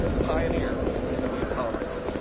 pioneer in the study of poverty,